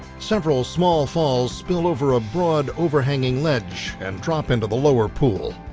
several small falls spill over a broad overhanging ledge and drop into the lower pool.